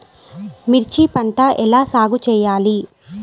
మిర్చి పంట ఎలా సాగు చేయాలి?